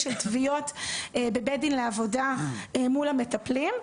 של תביעות בבית הדין לעבודה מול המטפלים,